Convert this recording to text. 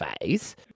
phase